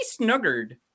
Snuggard